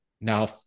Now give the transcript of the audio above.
Now